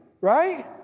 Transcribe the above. Right